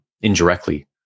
indirectly